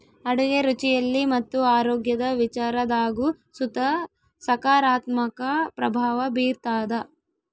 ಅಡುಗೆ ರುಚಿಯಲ್ಲಿ ಮತ್ತು ಆರೋಗ್ಯದ ವಿಚಾರದಾಗು ಸುತ ಸಕಾರಾತ್ಮಕ ಪ್ರಭಾವ ಬೀರ್ತಾದ